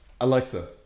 Alexa